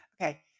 okay